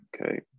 okay